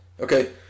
Okay